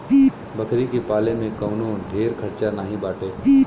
बकरी के पाले में कवनो ढेर खर्चा नाही बाटे